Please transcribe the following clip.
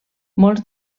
molts